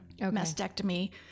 mastectomy